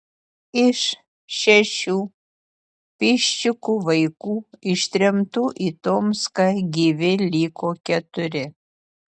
iš šešių piščikų vaikų ištremtų į tomską gyvi liko keturi